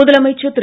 முதலமைச்சர் திரு